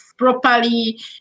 properly